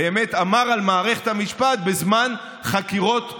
באמת אמר על מערכת המשפט בזמן חקירות אולמרט.